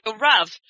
Rav